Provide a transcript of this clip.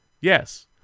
Yes